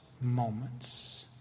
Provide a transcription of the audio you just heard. moments